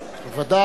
אחריו,